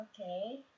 Okay